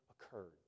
occurred